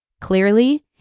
Clearly